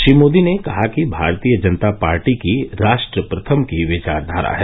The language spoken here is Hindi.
श्री मोदी ने कहा कि भारतीय जनता पार्टी की राष्ट्र प्रथम की विचारधारा है